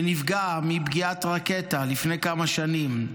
שנפגע מפגיעת רקטה לפני כמה שנים.